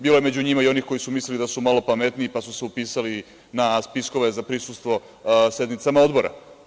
Bilo je među njima i onih koji su mislili da su malo pametniji, pa su se upisali na spiskove za prisustvo sednicama odbora.